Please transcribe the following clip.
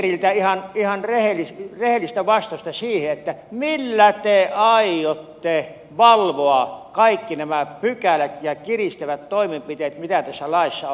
kysyisinkin ministeriltä ihan rehellistä vastausta siihen millä te aiotte valvoa kaikki nämä pykälät ja kiristävät toimenpiteet mitä tässä laissa on